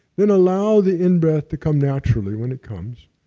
then allow the in breath to come naturally, when it comes.